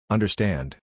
Understand